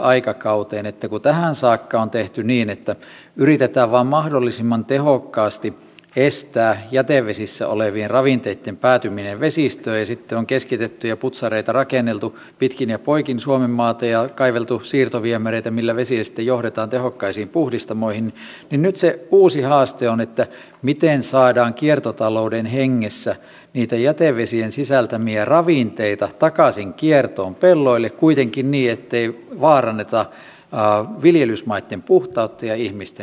kun tähän saakka on tehty niin että yritetään vain mahdollisimman tehokkaasti estää jätevesissä olevien ravinteitten päätyminen vesistöön ja sitten on keskitetty ja putsareita rakenneltu pitkin ja poikin suomenmaata ja kaiveltu siirtoviemäreitä millä vesiä sitten johdetaan tehokkaisiin puhdistamoihin niin nyt se uusi haaste on miten saadaan kiertotalouden hengessä niitä jätevesien sisältämiä ravinteita takaisin kiertoon pelloille kuitenkin niin ettei vaaranneta viljelysmaitten puhtautta ja ihmisten terveyttä